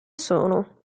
sono